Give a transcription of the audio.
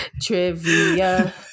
trivia